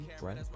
right